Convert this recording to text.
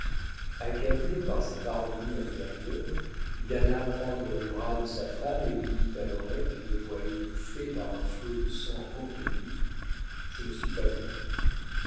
accablé par cette harmonie intérieure il alla prendre le bras de sa femme et lui dit à l'oreille d'une voix étouffée par un flot de sang contenu je ne suis pas bien